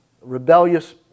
rebellious